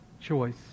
choice